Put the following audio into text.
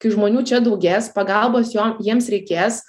kai žmonių čia daugės pagalbos jo jiems reikės